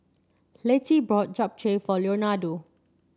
Lettie bought Japchae for Leonardo